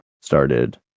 started